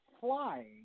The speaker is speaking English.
flying